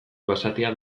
basatia